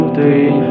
three